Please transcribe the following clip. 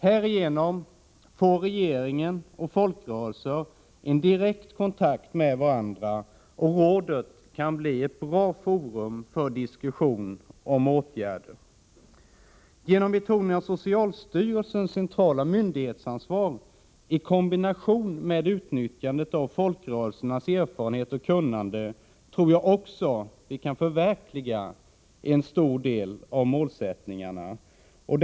Härigenom får regeringen och folkrörelserna en direkt kontakt med varandra, och rådet kan bli ett bra forum för diskussion om åtgärder. Genom betoningen av socialstyrelsens centrala myndighetsansvar, i kombination med utnyttjandet av folkrörelsernas erfarenhet och kunnande, tror jag att vi kan förverkliga en stor del av de uppsatta målen.